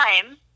time